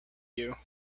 you